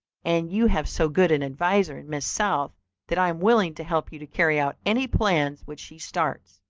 and you have so good an adviser in miss south that i am willing to help you to carry out any plans which she starts.